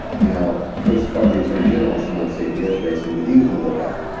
now, chris carr, the attorney general, said don't say that yesterday, saying that he was going to look at it.